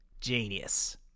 Genius